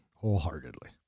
wholeheartedly